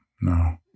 No